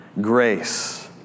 grace